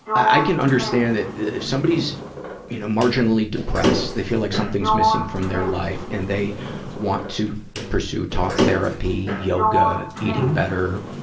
i can understand that if somebody's you know marginally depressed, they feel like something's missing from their life, and they want to pursue talk therapy, yoga, eating better,